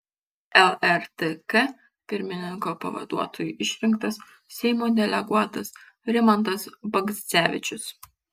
lrtk pirmininko pavaduotoju išrinktas seimo deleguotas rimantas bagdzevičius